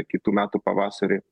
kitų metų pavasarį